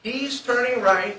he's turning right